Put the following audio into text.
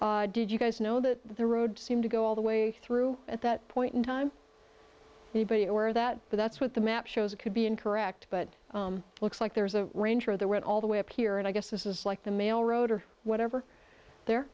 corner did you guys know that the road seemed to go all the way through at that point in time anybody or that but that's what the map shows it could be incorrect but it looks like there's a range of the red all the way up here and i guess this is like the mail road or whatever there